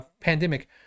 pandemic